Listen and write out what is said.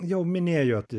jau minėjot